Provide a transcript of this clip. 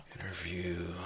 interview